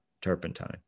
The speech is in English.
turpentine